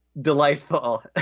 delightful